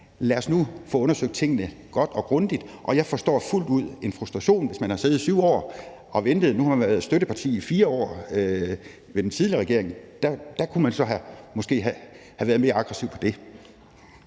lad os nu få undersøgt tingene godt og grundigt. Jeg forstår fuldt ud frustrationen, hvis man har siddet i 7 år og ventet. Nu har man været støtteparti i 4 år for den tidligere regering. Der kunne man måske have været mere aggressiv på det